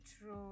true